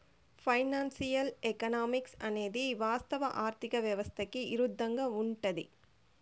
financial economics అనేది వాస్తవ ఆర్థిక వ్యవస్థకి ఇరుద్దంగా ఉంటది